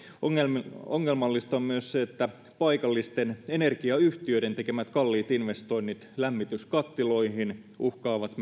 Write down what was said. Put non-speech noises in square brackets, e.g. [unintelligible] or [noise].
ongelmallista ongelmallista on myös se että paikallisten energiayhtiöiden tekemät kalliit investoinnit lämmityskattiloihin uhkaavat [unintelligible]